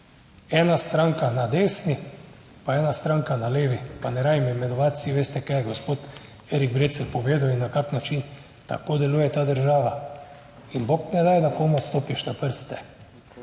ena stranka na desni, pa ena stranka na levi pa ne rabim imenovati, vsi veste kaj je gospod Erik Brecelj povedal in na kakšen način tako deluje ta država in bog ne daj, da komu stopiš na prste.